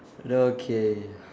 okay